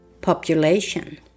population